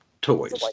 toys